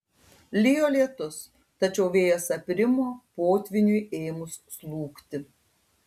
lijo lietus tačiau vėjas aprimo potvyniui ėmus slūgti